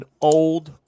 old